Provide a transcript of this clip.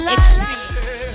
Experience